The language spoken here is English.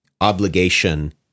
obligation